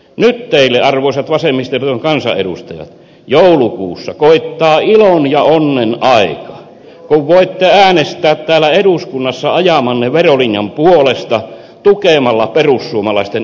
nyt teille arvoisat vasemmistoliiton kansanedustajat joulukuussa koittaa ilon ja onnen aika kun voitte äänestää täällä eduskunnassa ajamanne verolinjan puolesta tukemalla perussuomalaisten ehdotuksia